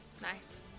Nice